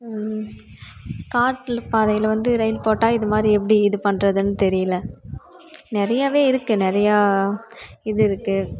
காட்டில் பாதையில் வந்து ரயில் போட்டால் இதுமாதிரி எப்படி இது பண்ணுறதுனு தெரியல நிறையவே இருக்கு நிறையா இது இருக்கு